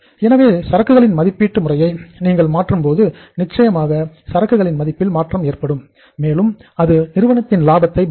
எனவே சரக்குகளின் மதிப்பீட்டு முறையை நீங்கள் மாற்றும் போது நிச்சயமாக சரக்குகளின் மதிப்பில் மாற்றம் ஏற்படும் மேலும் அது நிறுவனத்தின் லாபத்தை பாதிக்கும்